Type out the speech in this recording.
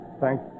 Thank